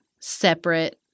separate